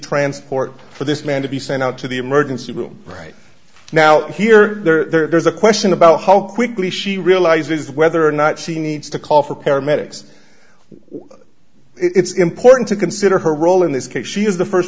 transport for this man to be sent out to the emergency room right now here there's a question about how quickly she realizes whether or not she needs to call for paramedics it's important to consider her role in this case she is the